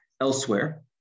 elsewhere